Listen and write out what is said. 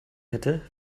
hätte